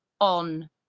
on